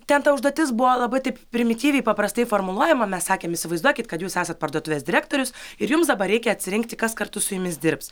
ten ta užduotis buvo labai taip primityviai paprastai formuluojama mes sakėm įsivaizduokit kad jūs esat parduotuvės direktorius ir jums dabar reikia atsirinkti kas kartu su jumis dirbs